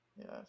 Yes